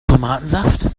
tomatensaft